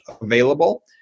available